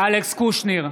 אלכס קושניר,